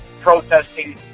protesting